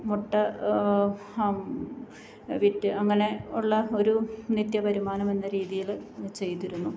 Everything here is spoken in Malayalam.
മുട്ട വിറ്റ് അങ്ങനെ ഉള്ള ഒരു നിത്യ വരുമാനം എന്ന രീതിയിൽ ചെയ്തിരുന്നു